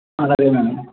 అలాగే మేడం